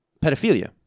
pedophilia